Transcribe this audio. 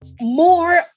more